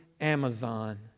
Amazon